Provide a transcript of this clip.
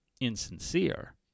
insincere